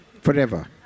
forever